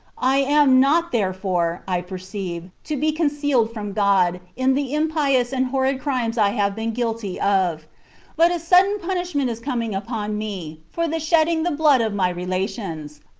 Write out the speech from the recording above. i am not therefore, i perceive, to be concealed from god, in the impious and horrid crimes i have been guilty of but a sudden punishment is coming upon me for the shedding the blood of my relations.